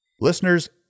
Listeners